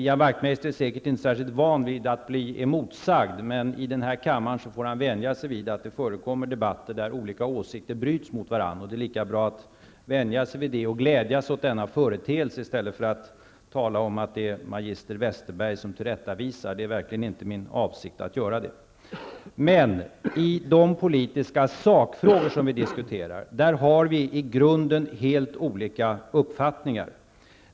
Ian Wachtmeister är säkert inte särskilt van vid att bli emotsagd. Men i denna kammare får han vänja sig vid att det förekommer debatter där olika åsikter bryts mot varandra. Det är lika bra att vänja sig vid det och glädjas åt denna företeelse, i stället för att tala om att det är magister Westerberg som tillrättavisar. Det är verkligen inte min avsikt att göra det. I de politiska sakfrågor som vi diskuterar har vi i grunden helt olika uppfattningar.